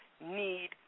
need